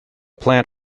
plant